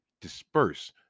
disperse